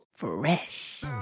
fresh